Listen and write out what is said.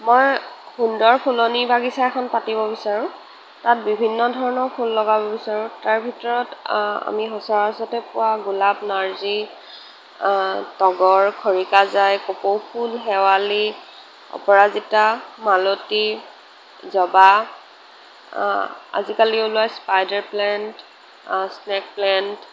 মই সুন্দৰ ফুলনি বাগিছা এখন পাতিব বিচাৰোঁ তাত বিভিন্ন ধৰণৰ ফুল লগাব বিচাৰোঁ তাৰ ভিতৰত আমি সচৰাচৰতে পোৱা গোলাপ নাৰ্জি তগৰ খৰিকাজাই কপৌ ফুল শেৱালি অপৰাজিতা মালতী জবা আজিকালি ওলোৱা স্পাইদাৰ প্লেণ্ট স্নেক প্লেণ্ট